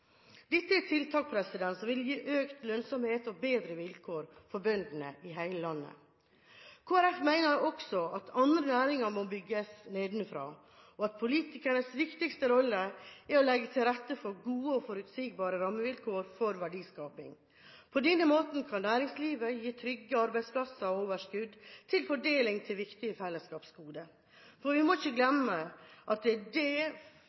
Dette er tiltak som vil gi økt lønnsomhet og bedre vilkår for bøndene i hele landet. Kristelig Folkeparti mener også at andre næringer må bygges nedenfra, og at politikernes viktigste rolle er å legge til rette for gode og forutsigbare rammevilkår for verdiskaping. På denne måten kan næringslivet gi trygge arbeidsplasser og overskudd til fordeling til viktige fellesgoder. Vi må ikke glemme at det er det